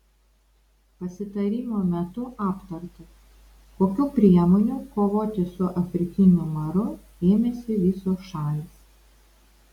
pasitarimo metu aptarta kokių priemonių kovoti su afrikiniu maru ėmėsi visos šalys